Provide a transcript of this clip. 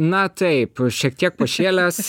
na taip šiek tiek pašėlęs